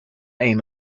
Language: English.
aim